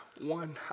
one